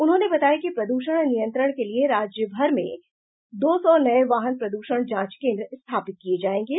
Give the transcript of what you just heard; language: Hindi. उन्होंने बताया कि प्रदूषण नियंत्रण के लिए राज्य भर में दो सौ नये वाहन प्रदूषण जांच केन्द्र स्थापित किये जायेंगे